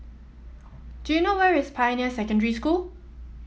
do you know where is Pioneer Secondary School